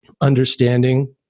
understanding